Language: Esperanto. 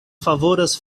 favoras